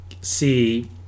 see